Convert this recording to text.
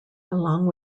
along